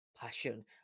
passion